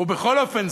ובכל אופן,